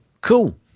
cool